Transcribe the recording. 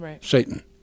Satan